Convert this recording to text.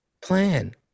plan